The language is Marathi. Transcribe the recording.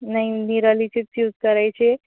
नाही निरालीचेच यूज करायचे